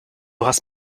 hast